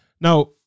Now